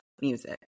music